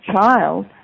child